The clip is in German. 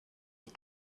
die